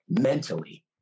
mentally